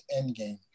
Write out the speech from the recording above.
Endgame